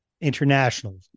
international